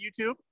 YouTube